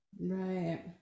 Right